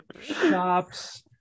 shops